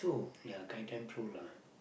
ya guide them through lah